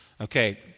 Okay